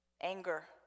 Anger